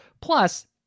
Plus